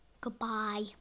Goodbye